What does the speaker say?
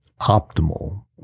optimal